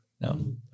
no